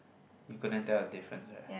you couldn't tell a difference right